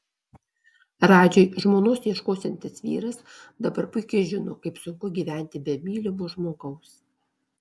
radžiui žmonos ieškosiantis vyras dabar puikiai žino kaip sunku gyventi be mylimo žmogaus